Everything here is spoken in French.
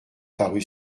parut